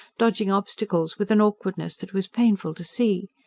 dodging obstacles with an awkwardness that was painful to see.